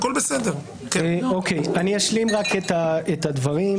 אני אשלים את הדברים.